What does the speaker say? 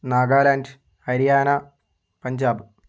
Nagaland Haryana Punjab